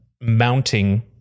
mounting